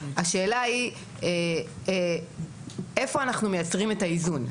השאלה היא איפה אנחנו מייתרים את האיזון.